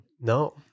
No